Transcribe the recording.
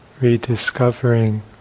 rediscovering